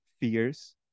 fears